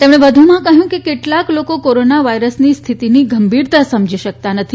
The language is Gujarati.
તેમણે વધુમાં કહયું છે કે કેટલાક લોકો કોરોના વાયરસની સ્થિતિની ગંભીરતા સમજી શકતા નથી